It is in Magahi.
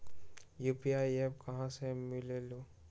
यू.पी.आई एप्प कहा से मिलेलु?